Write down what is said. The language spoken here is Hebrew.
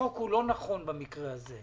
חוק הוא לא נכון במקרה הזה.